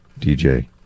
DJ